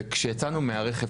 וכשיצאנו מהרכב,